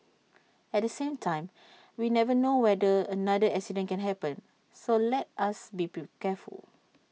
at the same time we never know whether another accident can happen so let us be careful